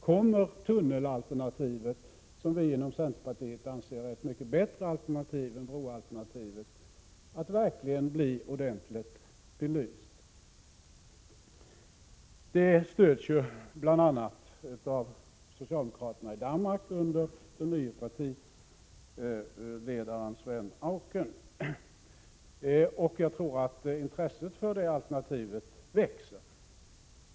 Kommer tunnelalternativet, som vi inom centerpartiet anser är ett mycket bättre alternativ än broalternativet, verkligen att bli ordentligt belyst? Detta alternativ stöds bl.a. av socialdemokraterna i Danmark under den nye partiledaren Svend Auken, och jag tror att intresset för det växer.